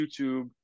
YouTube